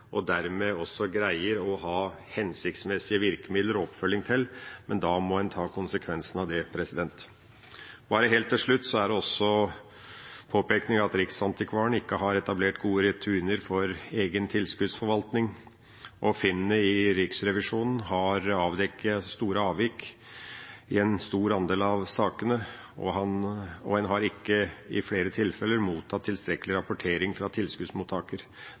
og dermed også greier å ha hensiktsmessige virkemidler og oppfølging til, men da må en ta konsekvensen av det. Bare helt til slutt: Det er også en påpekning av at Riksantikvaren ikke har etablert gode rutiner for egen tilskuddsforvaltning. Funnene Riksrevisjonen har avdekket, viser store avvik i en stor andel av sakene, og en har i flere tilfeller ikke mottatt tilstrekkelig rapportering fra tilskuddsmottaker.